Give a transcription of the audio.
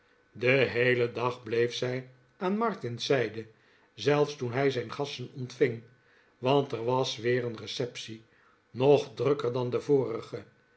den heelen dag bleef zij aan martin's zijde zelfs toen hij zijn gasten ontving want er was weer een receptie nog drukker dan de vorige